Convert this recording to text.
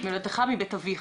ממולדתך ומבית אביך,